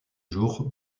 jour